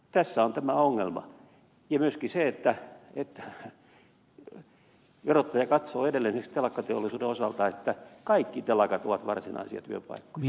tässä on tämä ongelma ja myöskin se että verottaja katsoo edelleen esimerkiksi telakkateollisuuden osalta että kaikki telakat ovat varsinaisia työpaikkoja